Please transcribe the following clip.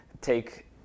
take